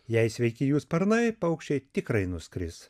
jei sveiki jų sparnai paukščiai tikrai nuskris